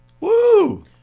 Woo